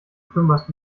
kümmerst